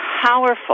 powerful